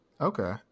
Okay